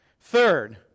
Third